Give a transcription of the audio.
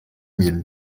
mille